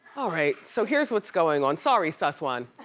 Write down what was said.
all right, so here's what's going on. sorry, suss one.